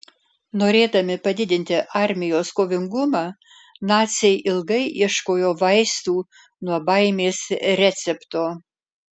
norėdami padidinti armijos kovingumą naciai ilgai ieškojo vaistų nuo baimės recepto